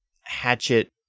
hatchet